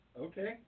Okay